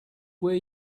way